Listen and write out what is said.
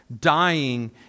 dying